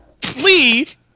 Please